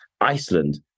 Iceland